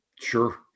Sure